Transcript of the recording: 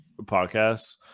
podcasts